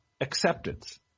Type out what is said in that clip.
acceptance